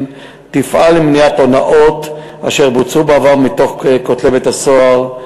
ותפעל למניעת הונאות אשר בוצעו בעבר מתוך כותלי בית-הסוהר,